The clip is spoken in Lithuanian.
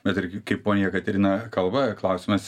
bet irgi kaip ponia jekaterina kalba klausimas